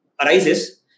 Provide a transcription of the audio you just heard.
arises